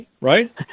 right